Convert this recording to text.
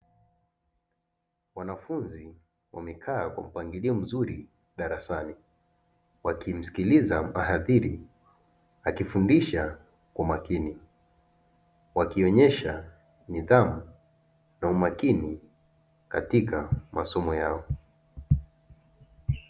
Wanafunzi wamekaa kwa mpangilio mzuri darasani, wakimsikiliza mhadhiri akifundisha kwa makini, wakionyesha nidhamu na umakini katika masomo yao.